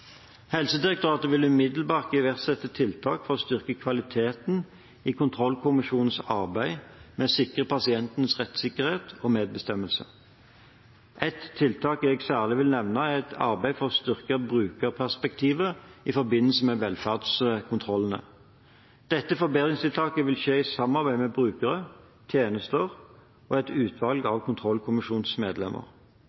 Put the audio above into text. Helsedirektoratet vil umiddelbart iverksette tiltak for å styrke kvaliteten i kontrollkommisjonenes arbeid med å sikre pasientenes rettssikkerhet og medbestemmelse. Et tiltak jeg særlig vil nevne, er et arbeid for å styrke brukerperspektivet i forbindelse med velferdskontrollene. Dette forbedringstiltaket vil skje i et samarbeid med brukere, tjenester og et utvalg